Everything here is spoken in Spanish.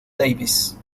davies